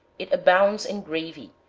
it abounds in gravy,